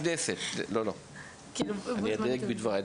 אני אדייק את דבריי,